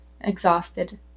exhausted